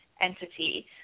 entity